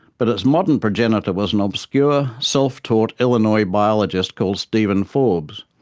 but its modern progenitor was an obscure self-taught illinois biologist called stephen forbes.